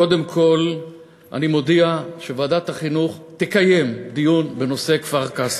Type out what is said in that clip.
קודם כול אני מודיע שוועדת החינוך תקיים דיון בנושא כפר-קאסם.